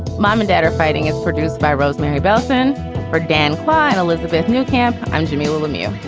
mom and dad are fighting is produced by rosemarie bellson or dan fine. elizabeth new camp. i'm jamilah lemieux